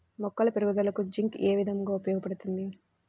మొక్కల పెరుగుదలకు జింక్ ఏ విధముగా ఉపయోగపడుతుంది?